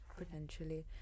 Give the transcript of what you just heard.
Potentially